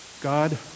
God